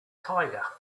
tiger